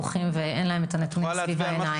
ערוכים ואין להם את הנתונים סביב העיניים.